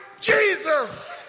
Jesus